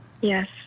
Yes